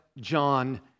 John